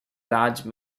large